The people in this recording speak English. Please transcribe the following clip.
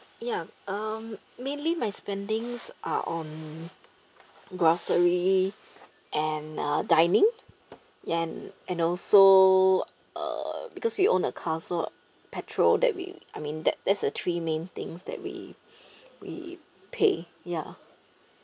ya um mainly my spending are on grocery and uh dining and and also uh because we own a car so petrol that we I mean that that's the three main things that we we pay ya